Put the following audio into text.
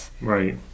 Right